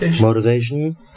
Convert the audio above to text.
motivation